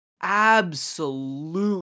absolute